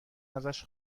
ازش